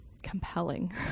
Compelling